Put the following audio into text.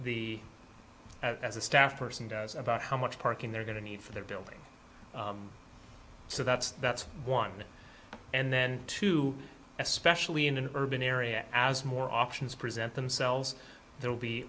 the as a staff person does about how much parking they're going to need for their building so that's that's one and then two especially in an urban area as more options present themselves there will be